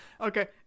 okay